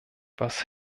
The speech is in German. was